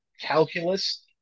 calculus